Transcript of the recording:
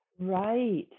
Right